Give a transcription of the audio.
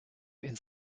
ins